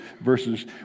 verses